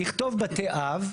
לכתוב בתי אב,